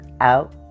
out